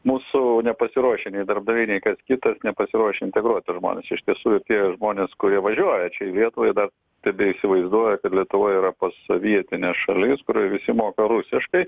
mūsų nepasiruošę nei darbdaviai nei kas kitas nepasiruošę integruot tuos žmones iš tiesų ir tie žmonės kurie važiuoja čia į lietuvą ir dar tebeįsivaizduoja kad lietuva yra posovietinė šalis kurioj visi moka rusiškai